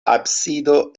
absido